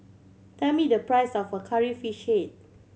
tell me the price of Curry Fish Head